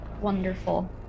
Wonderful